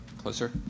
closer